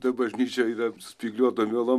ta bažnyčia yra spygliuotom vielom